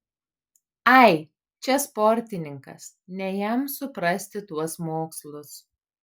ai čia sportininkas ne jam suprasti tuos mokslus